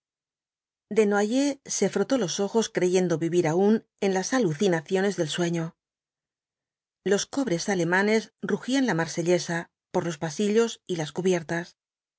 alboradas desnoyers se frotó iosojos creyendo vivir aún en las alucinaciones del sueño los cobres alemanes rugían la marsellesa por los pasillos y las cubiertas el